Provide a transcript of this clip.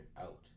out